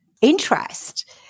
interest